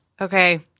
Okay